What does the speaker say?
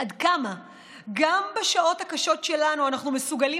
עד כמה גם בשעות הקשות שלנו אנחנו מסוגלים